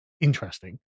interesting